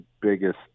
biggest